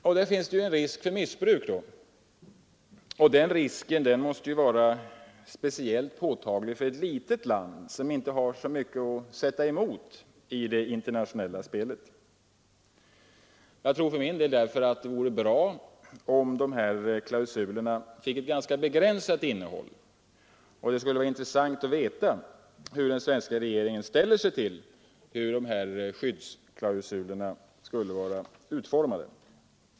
Därvid finns en risk för missbruk som blir speciellt påtaglig för ett litet land, som inte har så mycket att sätta emot i det internationella spelet. Jag tror därför att det vore bra för oss om dessa skyddsklausuler fick ett ganska begränsat innehåll. Det skulle vara intressant att veta hur den svenska regeringen ställer sig till utformningen av dem.